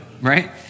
right